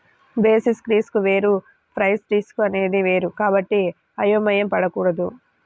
basis risk వేరు price risk అనేది వేరు కాబట్టి అయోమయం పడకూడదు